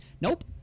Nope